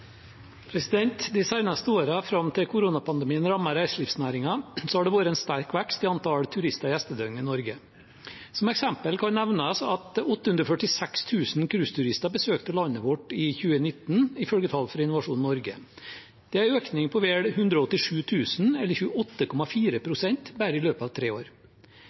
fram til koronapandemien rammet reiselivsnæringen, har det vært en sterk vekst i antall turister og gjestedøgn i Norge. Som eksempel kan nevnes at 846 000 cruiseturister besøkte landet vårt i 2019, ifølge tall fra Innovasjon Norge. Det er en økning på vel 187 000, eller 28,4 pst., bare i løpet av tre år.